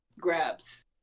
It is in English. grabs